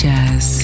Jazz